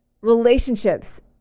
relationships